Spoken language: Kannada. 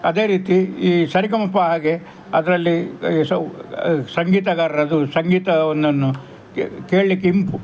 ಅದೇ ರೀತಿ ಈ ಸರಿಗಮಪ ಹಾಗೆ ಅದರಲ್ಲಿ ಎಷ್ಟೋ ಸೌ ಸಂಗೀತಗಾರರದ್ದು ಸಂಗೀತವನ್ನನ್ನು ಕೇಳಲಿಕ್ಕೆ ಇಂಪು